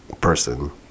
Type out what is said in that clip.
person